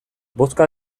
bozka